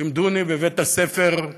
לימדוני בבית הספר,